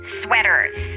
sweaters